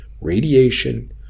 radiation